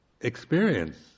experience